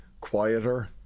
quieter